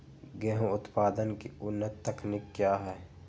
गेंहू उत्पादन की उन्नत तकनीक क्या है?